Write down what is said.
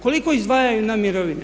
Koliko izdvajaju na mirovine?